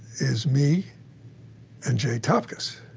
is me and jay topkis,